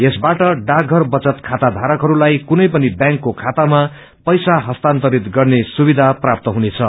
यसबाट डाकघर बचत खाता धारकहरूलाई कुनै पनि व्यांकको खातामा पैसा हस्तान्तरित गर्ने सुविधा प्राप्त हुनेछ